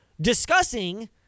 discussing